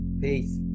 Peace